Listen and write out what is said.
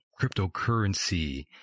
cryptocurrency